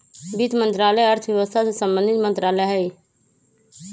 वित्त मंत्रालय अर्थव्यवस्था से संबंधित मंत्रालय हइ